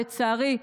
לצערי,